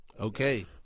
Okay